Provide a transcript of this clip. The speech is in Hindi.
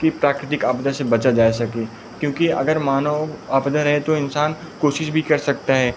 कि प्राकृतिक आपदा से बचा जाया सके क्योंकि अगर मानो आपदा रहे तो इंसान कोशिश भी कर सकता है